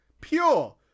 pure